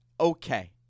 Okay